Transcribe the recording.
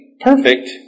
perfect